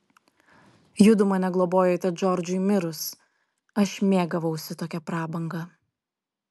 judu mane globojote džordžui mirus aš mėgavausi tokia prabanga